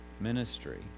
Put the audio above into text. ministry